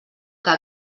que